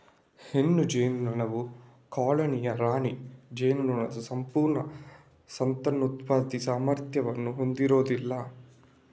ಹೆಣ್ಣು ಜೇನುನೊಣವು ಕಾಲೋನಿಯ ರಾಣಿ ಜೇನುನೊಣದ ಸಂಪೂರ್ಣ ಸಂತಾನೋತ್ಪತ್ತಿ ಸಾಮರ್ಥ್ಯವನ್ನು ಹೊಂದಿರುವುದಿಲ್ಲ